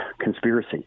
conspiracy